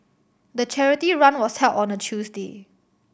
the charity run was held on a Tuesday